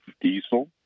diesel